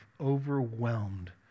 overwhelmed